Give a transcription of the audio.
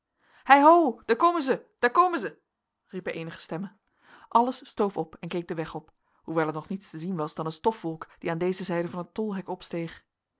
hei ho daar komen zij daar komen zij riepen eenige stemmen alles stoof op en keek den weg op hoewel er nog niets te zien was dan een stofwolk die aan deze zijde van het tolhek opsteeg